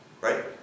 right